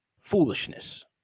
foolishness